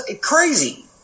Crazy